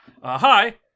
Hi